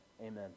amen